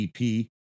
EP